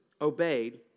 obeyed